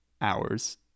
hours